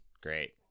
Great